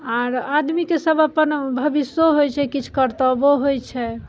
आर आदमीके से अपन भविष्यो होइत छै किछु कर्तव्यो होइत छै